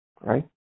Right